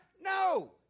No